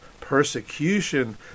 persecution